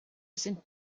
sind